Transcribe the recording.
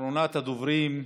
אחרונת הדוברים,